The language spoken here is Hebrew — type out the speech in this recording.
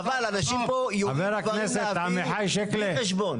חבל, אנשים פה יורים דברים לאוויר בלי חשבון.